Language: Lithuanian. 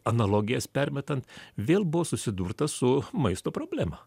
analogijas permetant vėl buvo susidurta su maisto problema